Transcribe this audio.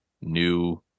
new